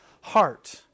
heart